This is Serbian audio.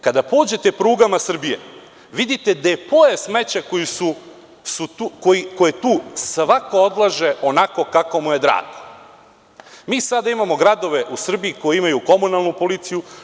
Kada pođete prugama Srbije, vidite depoe smeća koje tu svako odlaže onako kako mu je drago.“ Mi sada imamo gradove u Srbiji koji imaju komunalnu policiju.